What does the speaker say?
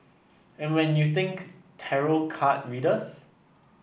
and when you think tarot card readers